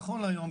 נכון להיום,